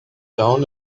down